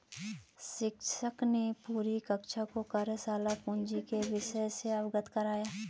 शिक्षक ने पूरी कक्षा को कार्यशाला पूंजी के विषय से अवगत कराया